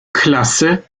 klasse